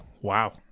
Wow